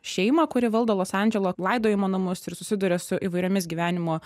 šeimą kuri valdo los andželo laidojimo namus ir susiduria su įvairiomis gyvenimo